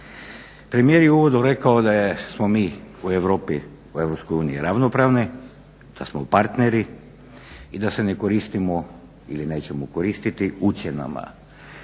Premijer je u uvodu rekao da smo mi u Europi, u Europskoj uniji ravnopravni, da smo partneri i da se ne koristimo ili nećemo koristiti ucjenama.